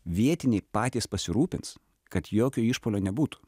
vietiniai patys pasirūpins kad jokio išpuolio nebūtų